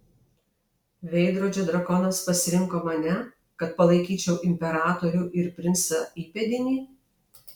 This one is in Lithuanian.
veidrodžio drakonas pasirinko mane kad palaikyčiau imperatorių ir princą įpėdinį